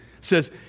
says